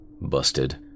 Busted